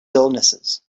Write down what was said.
illnesses